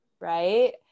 Right